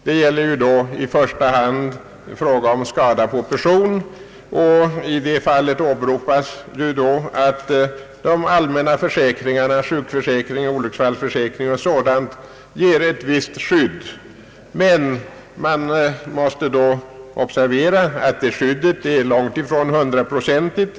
Det gäller i första hand skada på person, och i det fallet åberopas då att de allmänna försäkringarna — sjukförsäkring, olycksfallsförsäkring etc. — ger ett visst skydd. Man måste dock observera att skyddet är långt ifrån 100-procentigt.